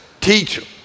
teach